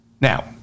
Now